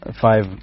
five